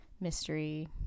mystery